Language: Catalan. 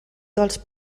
dels